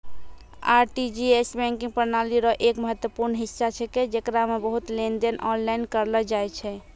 RTGS banking प्रणाली रो एक महत्वपूर्ण हिस्सा छेकै जेकरा मे बहुते लेनदेन आनलाइन करलो जाय छै